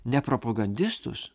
ne propagandistus